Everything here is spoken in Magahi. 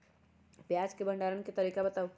प्याज के भंडारण के तरीका बताऊ?